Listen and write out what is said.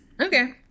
Okay